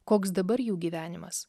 koks dabar jų gyvenimas